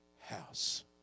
house